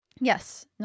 Yes